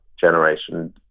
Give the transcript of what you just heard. generation